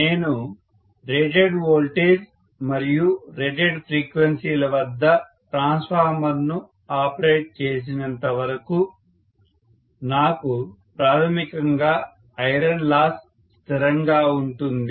నేను rated voltage మరియు rated ఫ్రీక్వెన్సీల వద్ద ట్రాన్స్ఫార్మర్ను ఆపరేట్ చేసేంతవరకు నాకు ప్రాథమికంగా ఐరన్ లాస్ స్థిరంగా ఉంటుంది